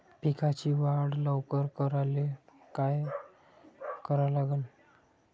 पिकाची वाढ लवकर करायले काय करा लागन?